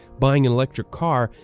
buying an electric car,